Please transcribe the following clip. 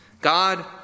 God